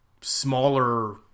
smaller